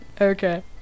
Okay